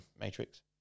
matrix